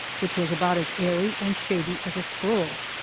which was about as airy and shady as a squirrel's,